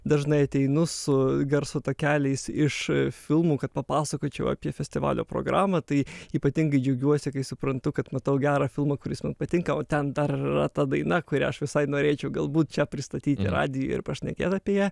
dažnai ateinu su garso takeliais iš filmų kad papasakočiau apie festivalio programą tai ypatingai džiaugiuosi kai suprantu kad matau gerą filmą kuris man patinka o ten dar ir yra ta daina kurią aš visai norėčiau galbūt čia pristatyti radijuj ir pašnekėt apie ją